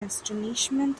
astonishment